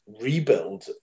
rebuild